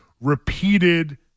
repeated